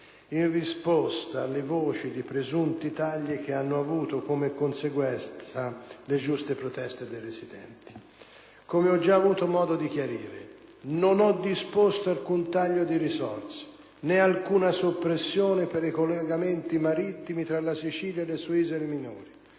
in risposta alle voci di presunti tagli che hanno avuto come conseguenza le giuste proteste dei residenti. Come già ho avuto modo di chiarire, non ho disposto alcun taglio di risorse, né alcuna soppressione dei collegamenti marittimi tra la Sicilia e le sue isole minori.